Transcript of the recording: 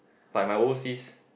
like my O_C's